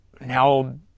now